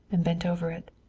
and bent over it.